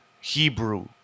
Hebrew